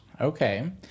Okay